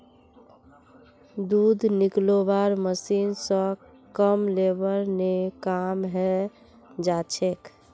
दूध निकलौव्वार मशीन स कम लेबर ने काम हैं जाछेक